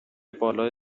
بالا